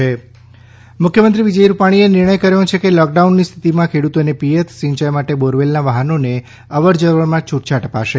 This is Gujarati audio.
અશ્વિની કુમાર મુખ્યમંત્રી શ્રી વિજય રૂપાણીએ નિર્ણય કર્યો છે કે લોકડાઉનની સ્થિતિમાં ખેડ઼તોને પિથત સિંયાઇ માટે બોરવેલના વાહનોને અવરજવરમાં છુટછાટ અપાશે